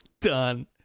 Done